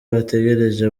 bategereje